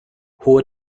hohe